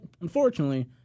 unfortunately